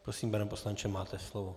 Prosím, pane poslanče, máte slovo.